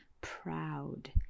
proud